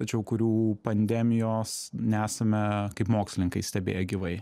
tačiau kurių pandemijos nesame kaip mokslininkai stebėję gyvai